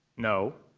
no.